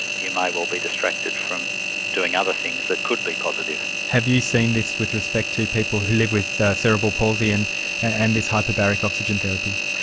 you may well be distracted from doing other things that could be positive. have you seen this with respect to people who live with cerebral palsy and and this hyperbaric oxygen therapy?